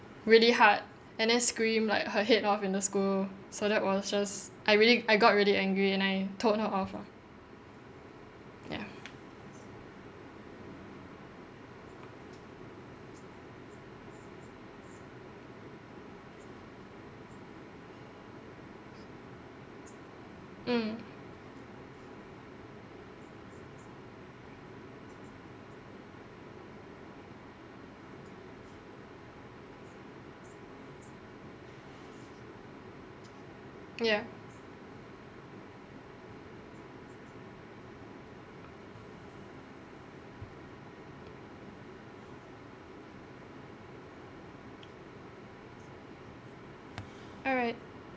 really hard and then scream like her head off in the school so that was just I really I got really angry and I told her off ah ya mm ya alright